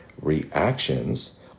reactions